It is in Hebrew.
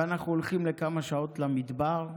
ואנחנו הולכים לכמה שעות למדבר,